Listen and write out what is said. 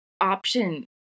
option